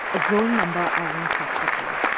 a growing number are in foster care.